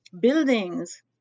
buildings